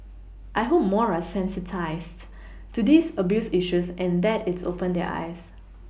I hope more are sensitised to these abuse issues and that it's opened their eyes